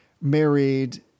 married